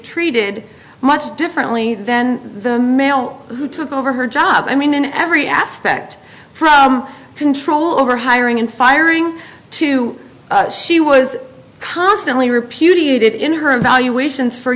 treated much differently than the male who took over her job i mean in every aspect for control over hiring and firing two she was constantly repudiated in her evaluations for